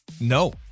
no